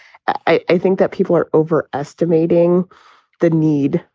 i think that people are over estimating the need,